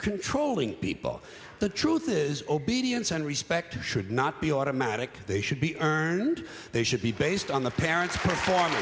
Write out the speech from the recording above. controlling people the truth is obedience and respect should not be automatic they should be earned they should be based on the parents